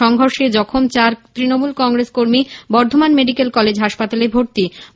সংঘর্ষে জখম চার তৃণমূল কংগ্রেস কর্মী বর্ধমান মেডিক্যাল কলেজ হাসপাতালে ভর্তি হয়েছেন